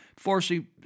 Forcing